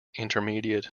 intermediate